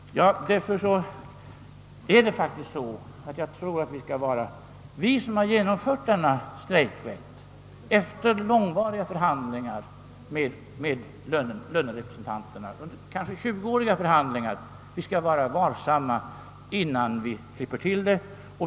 Därför tror jag att vi som efter långvariga, kanske 20-åriga förhandlingar, genomfört denna strejkrätt skall vara varsamma och inte bara klippa till.